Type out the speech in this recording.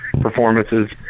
performances